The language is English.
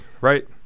right